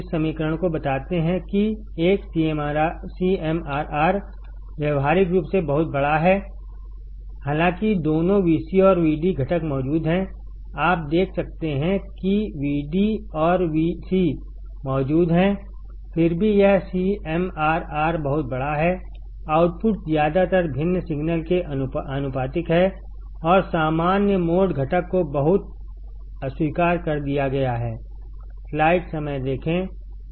इस समीकरण बताते हैं कि एक CMRR व्यावहारिक रूप से बहुत बड़ा है हालांकि दोनों Vcऔर Vdघटक मौजूद हैंआप देख सकते हैं कि Vdऔर Vcमौजूद हैं फिर भी यह CMRR बहुत बड़ा हैआउटपुट ज्यादातर भिन्न सिग्नल के लिए आनुपातिक है और सामान्य मोड घटक को बहुत अस्वीकार कर दिया गया है